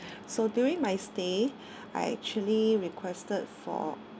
so during my stay I actually requested for